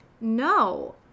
no